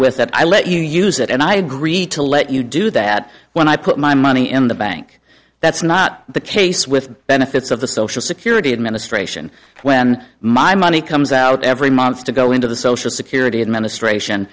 with that i'll let you use it and i agreed to let you do that when i put my money in the bank that's not the case with benefits of the social security administration when my money comes out every month to go into the social security administration